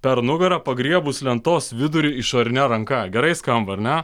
per nugarą pagriebus lentos vidurį išorine ranka gerai skamba ar ne